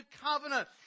covenant